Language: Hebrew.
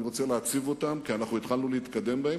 אני רוצה להציב אותן, כי אנחנו התחלנו להתקדם בהן,